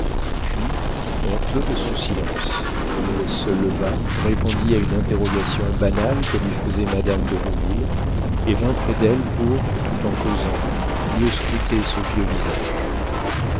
puis honteux de son silence il se leva répondit à une interrogation banale que lui faisait madame de rouville et vint près d'elle pour tout en causant mieux scruter ce vieux visage